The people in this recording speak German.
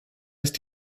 ist